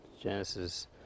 Genesis